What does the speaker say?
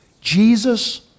Jesus